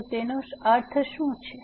તો તેનો અર્થ શું છે